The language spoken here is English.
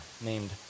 named